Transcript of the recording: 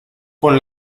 con